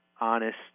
honest